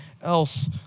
else